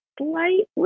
slightly